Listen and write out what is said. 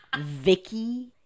Vicky